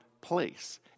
place